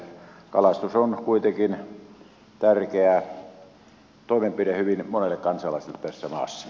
kalastus on kuitenkin tärkeä toimenpide hyvin monelle kansalaiselle tässä maassa